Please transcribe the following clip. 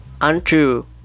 Untrue